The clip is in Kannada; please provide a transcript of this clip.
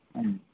ಹ್ಞೂ